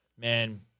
man